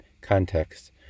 context